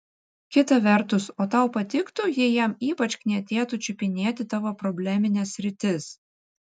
kita vertus o tau patiktų jei jam ypač knietėtų čiupinėti tavo problemines sritis